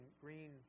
green